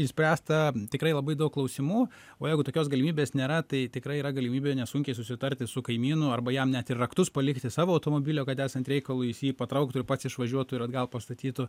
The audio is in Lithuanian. išspręsta tikrai labai daug klausimų o jeigu tokios galimybės nėra tai tikrai yra galimybė nesunkiai susitarti su kaimynu arba jam net ir raktus palikti savo automobilio kad esant reikalui jis jį patrauktų ir pats išvažiuotų ir atgal pastatytų